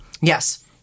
Yes